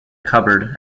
cupboard